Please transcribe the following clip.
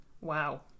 Wow